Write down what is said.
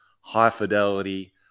high-fidelity